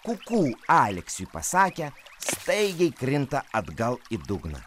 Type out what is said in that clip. kuku aleksiui pasakė staigiai krinta atgal į dugną